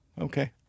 Okay